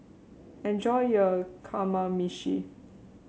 enjoy your Kamameshi